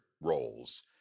roles